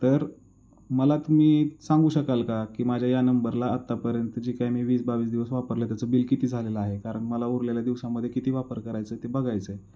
तर मला तुम्ही सांगू शकाल का की माझ्या या नंबरला आत्तापर्यंत जी काय मी वीस बावीस दिवस वापरले त्याचं बिल किती झालेलं आहे कारण मला उरलेल्या दिवसामध्ये किती वापर करायचं ते बघायचं आहे